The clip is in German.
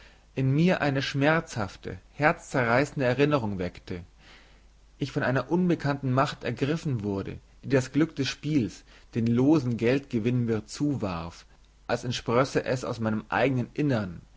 in mir eine schmerzhafte herzzerreißende erinnerung weckte ich von einer unbekannten macht ergriffen wurde die das glück des spiels den losen geldgewinn mir zuwarf als entsprösse es aus meinem eignen innern